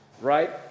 right